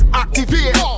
activate